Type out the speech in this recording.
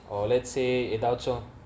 or let's say adults or